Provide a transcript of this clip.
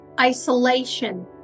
isolation